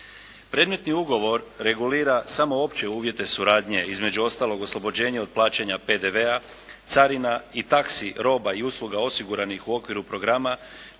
Predmetni ugovor regulira samo opće uvjete suradnje. Između ostalog oslobođenje od plaćanja PDV-a, carina i taksi roba i usluga osiguranih u okviru programa,